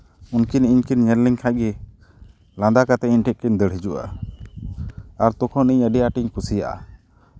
ᱩᱱᱠᱤᱱ ᱤᱧ ᱠᱤᱱ ᱧᱮᱞ ᱞᱤᱧ ᱠᱷᱟᱱᱜᱮ ᱞᱟᱸᱫᱟ ᱠᱟᱛᱮᱜ ᱤᱧ ᱴᱷᱮᱱ ᱠᱤᱱ ᱫᱟᱹᱲ ᱦᱤᱡᱩᱜᱼᱟ ᱟᱨ ᱛᱚᱠᱷᱚᱱ ᱤᱧ ᱟᱹᱰᱤ ᱟᱸᱴᱤᱧ ᱠᱩᱥᱤᱭᱟᱜᱼᱟ